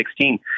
2016